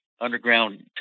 underground